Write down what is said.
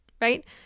right